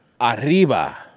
Arriba